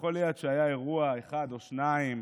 יכול להיות שהיה אירוע אחד או שניים